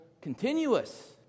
continuous